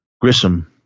Grissom